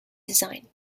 design